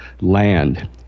land